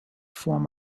form